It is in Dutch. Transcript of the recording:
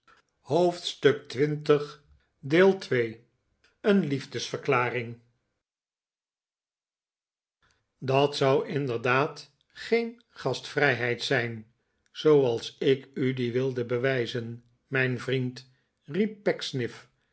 deze dat zou inderdaad geen gastvrijheid zijn zooals ik u die wilde bewijzen mijn vriend